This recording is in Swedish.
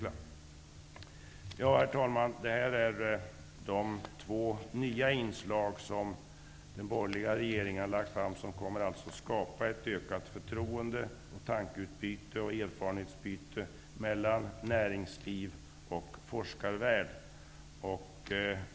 Herr talman! Detta är de två nya inslag som den borgerliga regeringen har lagt fram. De kommer att skapa ett ökat förtroende, tankeutbyte och erfarenhetsutbyte mellan näringsliv och forskarvärld.